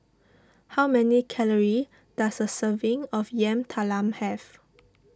how many calories does a serving of Yam Talam have